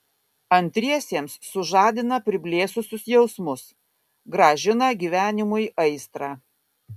antriesiems sužadina priblėsusius jausmus grąžina gyvenimui aistrą